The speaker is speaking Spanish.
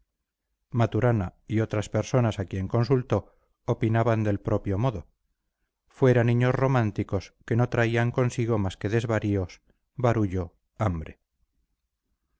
maturana y otras personas a quien consultó opinaban del propio modo fuera niños románticos que no traían consigo más que desvaríos barullo hambre